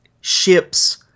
ships